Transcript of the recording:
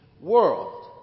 world